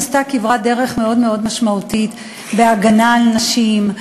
עשתה כברת דרך מאוד מאוד משמעותית בהגנה על נשים,